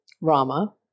Rama